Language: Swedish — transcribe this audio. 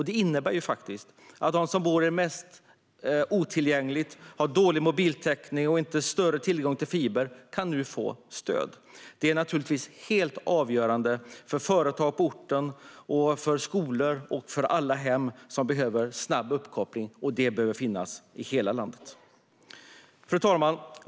Det innebär att de som bor mest otillgängligt, har dålig mobiltäckning och inte har större tillgång till fiber nu kan få stöd. Det är naturligtvis helt avgörande för företag på orten och för skolor och alla hem som behöver snabb uppkoppling. Det behöver finnas i hela landet. Fru talman!